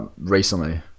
recently